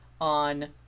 on